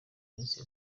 iminsi